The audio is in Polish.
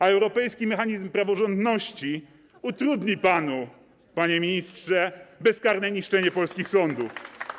a europejski mechanizm praworządności utrudni panu, panie ministrze, bezkarne niszczenie polskich sądów.